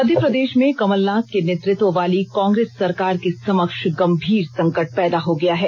मध्य प्रदेश में कमलनाथ के नेतृत्व वाली कांग्रेस सरकार के समक्ष गंभीर संकट पैदा हो गया है